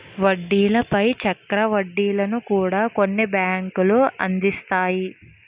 వడ్డీల పై చక్ర వడ్డీలను కూడా కొన్ని బ్యాంకులు అందిస్తాయి